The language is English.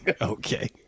Okay